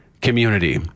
community